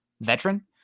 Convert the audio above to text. veteran